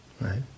Right